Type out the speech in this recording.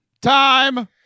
Time